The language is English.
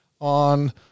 on